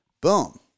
boom